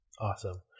Awesome